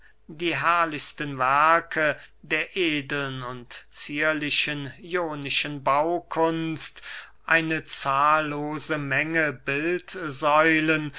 die herrlichsten werke der edeln und zierlichen ionischen baukunst eine zahllose menge